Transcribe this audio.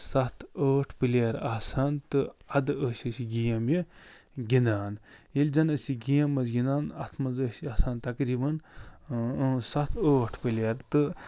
ستھ ٲٹھ پٕلیَر آسان تہٕ اَدٕ ٲسۍ أسۍ یہِ گیم یہِ گِنٛدان ییٚلہِ زن أسۍ یہِ گیم ٲسۍ گِنٛدان اَتھ منٛز ٲسۍ آسان تقریٖباً سَتھ ٲٹھ پٕلیَر تہٕ